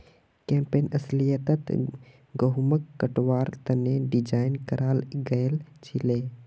campaign अस्लियतत गहुम कटवार तने डिज़ाइन कराल गएल छीले